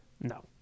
No